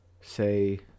say